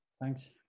Thanks